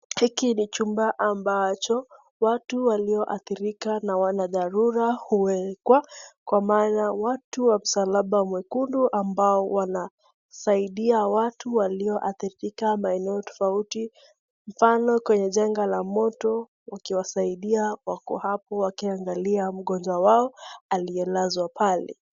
Hiki ni chumba ambacho watu walioathirika na wanadharura huekwa kwa maana watu wa msalaba mwekundu ambao wanasaidia watu walioathirika maeneo tofauti mfano kwenye janga la moto wakiwasaidia wako hapo wakiangalia mgonjwa wao aliyelazwa pale.